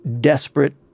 desperate